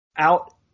out